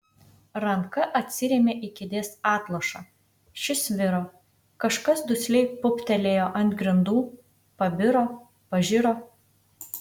ranka atsirėmė į kėdės atlošą šis sviro kažkas dusliai pūptelėjo ant grindų pabiro pažiro